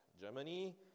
Germany